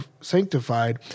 sanctified